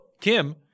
Kim